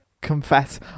confess